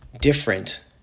different